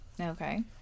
okay